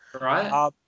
Right